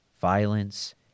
violence